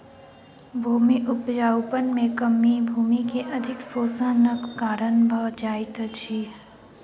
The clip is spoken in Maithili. भूमि उपजाऊपन में कमी भूमि के अधिक शोषणक कारण भ जाइत अछि